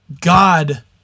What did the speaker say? God